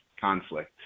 conflict